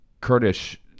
Kurdish